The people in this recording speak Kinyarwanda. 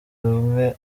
rumwe